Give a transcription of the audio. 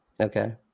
Okay